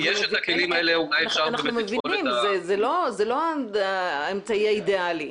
אנחנו מבינים, זה לא האמצעי האידיאלי.